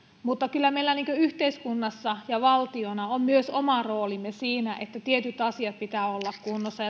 mutta kyllä meillä yhteiskunnassa ja valtiona on myös oma roolimme siinä että tietyt asiat pitää olla kunnossa